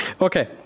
Okay